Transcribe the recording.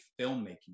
filmmaking